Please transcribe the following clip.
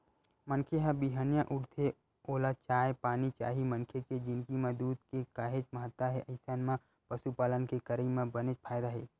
मनखे ह बिहनिया उठथे ओला चाय पानी चाही मनखे के जिनगी म दूद के काहेच महत्ता हे अइसन म पसुपालन के करई म बनेच फायदा हे